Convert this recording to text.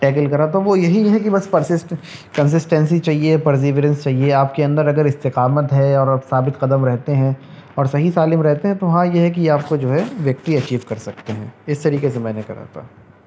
tackle کرا تو وہ یہی ہے کہ بس پرسسٹ کنسسٹینسی چاہیے پرزیورینس چاہیے آپ کے اندر اگر استقامت ہے اور آپ ثابت قدم رہتے ہیں اور صحیح سالم رہتے ہیں تو ہاں یہ ہے کہ آپ کو جو ہے ویکٹری اچیو کر سکتے ہیں جس طریقے سے میں نے کرا تھا